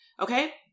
Okay